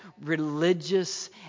religious